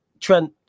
Trent